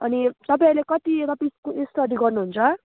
अनि तपाईँ अहिले कतिवटा पिसको स्टडी गर्नुहुन्छ